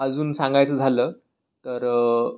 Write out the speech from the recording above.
अजून सांगायचं झालं तर